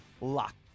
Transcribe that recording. lock